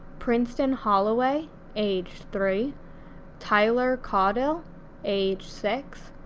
princeton holloway age three tyler caudill age six,